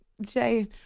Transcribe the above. Jay